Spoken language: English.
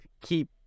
keep